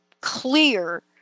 clear